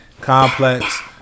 Complex